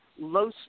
low